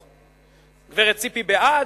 גברת ציפי בעד,